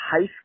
high